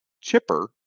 Chipper